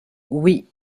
oui